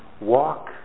walk